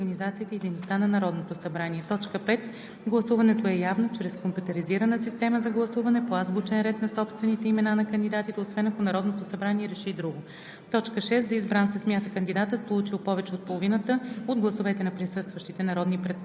в изложение до 2 минути. 4. Провеждат се разисквания по кандидатурите по реда на Правилника за организацията и дейността на Народното събрание. 5. Гласуването е явно чрез компютризираната система за гласуване, по азбучен ред на собствените имена на кандидатите, освен ако Народното събрание реши друго.